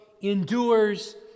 endures